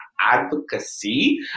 Advocacy